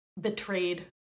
betrayed